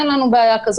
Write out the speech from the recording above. אין לנו בעיה כזו,